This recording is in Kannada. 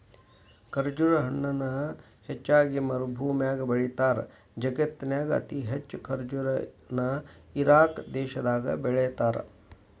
ಖರ್ಜುರ ಹಣ್ಣನ ಹೆಚ್ಚಾಗಿ ಮರಭೂಮ್ಯಾಗ ಬೆಳೇತಾರ, ಜಗತ್ತಿನ್ಯಾಗ ಅತಿ ಹೆಚ್ಚ್ ಖರ್ಜುರ ನ ಇರಾಕ್ ದೇಶದಾಗ ಬೆಳೇತಾರ